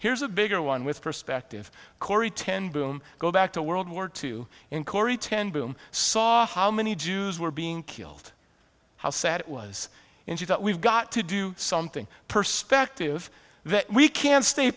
here's a bigger one with perspective cory ten boom go back to world war two in corrie ten boom saw how many jews were being killed how sad it was indeed that we've got to do something perspective that we can stay